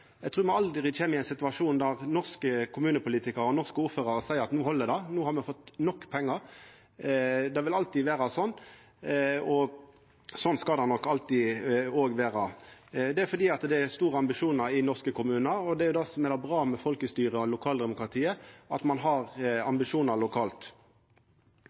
Eg trur me aldri kjem i ein situasjon der norske kommunepolitikarar og norske ordførarar seier at no held det, no har me fått nok pengar. Det vil alltid vera sånn – sånn skal det nok alltid òg vera. Det er fordi det er store ambisjonar i norske kommunar, og det er det som er bra med folkestyret og lokaldemokratiet: Ein har ambisjonar lokalt.